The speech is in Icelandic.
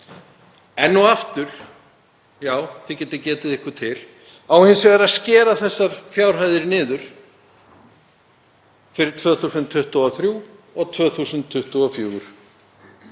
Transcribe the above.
Enn og aftur — já, þið getið ykkur til — á hins vegar að skera þessar fjárhæðir niður fyrir 2023 og 2024.